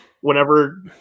whenever